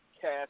cast